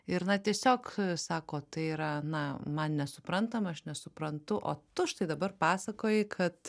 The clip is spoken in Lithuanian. ir na tiesiog sako tai yra na man nesuprantama aš nesuprantu o tu štai dabar pasakoji kad